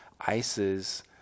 Isis